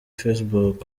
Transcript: facebook